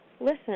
listen